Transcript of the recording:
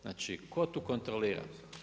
Znači tko tu kontrolira?